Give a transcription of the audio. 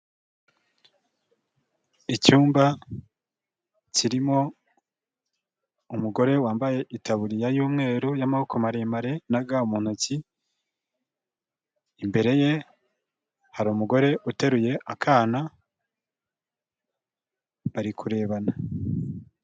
Icyumba kirimo umugore wambaye itaburiya y'umweru y'amaboko maremare na ga, imbere ye hari umugore uteruye akana bari kurebana.